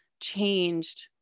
changed